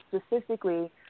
specifically